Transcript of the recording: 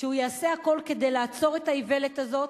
שהוא יעשה הכול כדי לעצור את האיוולת הזאת.